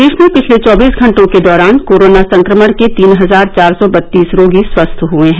प्रदेश में पिछले चौबीस घंटों के दौरान कोरोना संक्रमण के तीन हजार चार सौ बत्तीस रोगी स्वस्थ हुए हैं